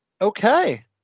Okay